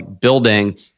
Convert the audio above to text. building